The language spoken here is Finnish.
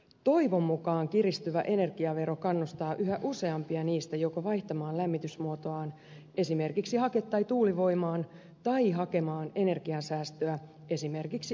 toivon mukaan kiristyvä energiavero kannustaa yhä useampia niistä joko vaihtamaan lämmitysmuotoaan esimerkiksi hake tai tuulivoimaan tai hakemaan energiansäästöä esimerkiksi erilaisilla lämpöpumpuilla